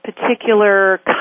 particular